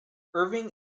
irving